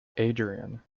adrian